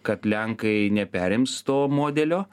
kad lenkai neperims to modelio